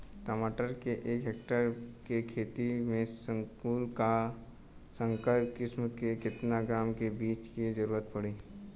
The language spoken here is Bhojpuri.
टमाटर के एक हेक्टेयर के खेती में संकुल आ संकर किश्म के केतना ग्राम के बीज के जरूरत पड़ी?